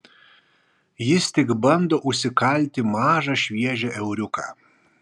jis tik bando užsikalti mažą šviežią euriuką